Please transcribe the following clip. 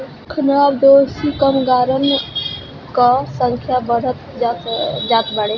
खानाबदोश कामगारन कअ संख्या बढ़त जात बाटे